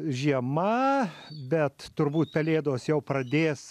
žiema bet turbūt pelėdos jau pradės